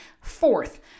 Fourth